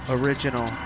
original